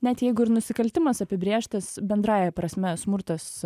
net jeigu ir nusikaltimas apibrėžtas bendrąja prasme smurtas